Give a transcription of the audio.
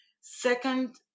Second